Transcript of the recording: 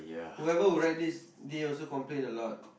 whoever who write this they also complain a lot